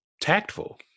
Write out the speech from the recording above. tactful